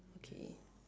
okay